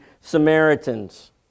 Samaritans